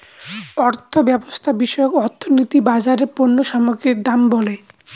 অর্থব্যবস্থা বিষয়ক অর্থনীতি বাজারে পণ্য সামগ্রীর দাম বলে